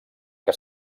que